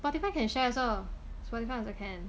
but people can share also so long as you can